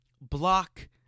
block